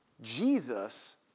Jesus